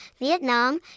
Vietnam